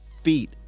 feet